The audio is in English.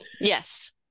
Yes